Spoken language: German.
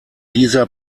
dieser